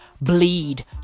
bleed